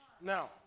Now